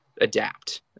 adapt